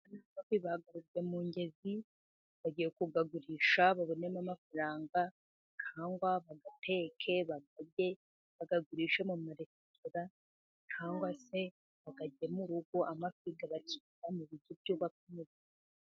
Amafi barakuye mu ngezi, bagiye kuyagurisha babonemo amafaranga cyangwa bayateke, bayarye, bayagurishe mu maresitora cyangwa se bayarye mu rugo. Amafi aba mu biryo byubaka umubiri.